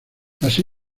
así